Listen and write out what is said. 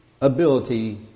ability